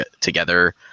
together